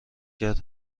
کرد